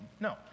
no